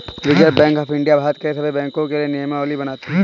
reserve bank of India Bharat के सभी बैंकों के लिए नियमावली बनाती है